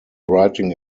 writing